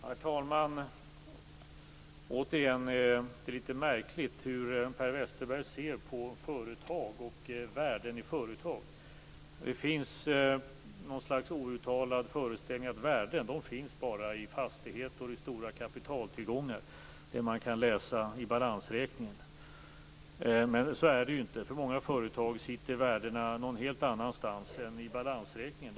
Herr talman! Återigen är det märkligt hur Per Westerberg ser på företag och värden i företag. Det finns något slags outtalad föreställning om att värden finns bara i fastigheter och i stora kapitaltillgångar, i det man kan läsa i balansräkningen. Men så är det inte. För många företag sitter värdena någon helt annanstans än i balansräkningen.